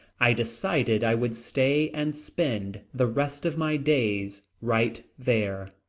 i decided i would stay and spend the rest of my days right there,